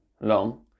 long